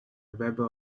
weber